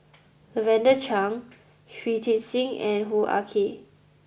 Lavender Chang Shui Tit Sing and Hoo Ah Kay